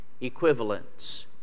equivalents